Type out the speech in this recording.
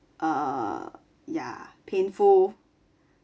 err ya painful